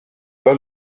bat